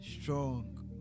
strong